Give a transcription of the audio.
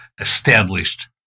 established